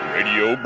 Radio